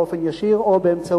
או באופן ישיר או באמצעות